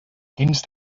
quins